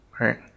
Right